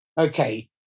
Okay